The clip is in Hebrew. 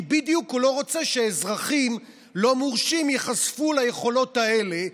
כי הוא בדיוק לא רוצה שאזרחים לא מורשים ייחשפו ליכולות האלה,